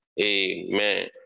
Amen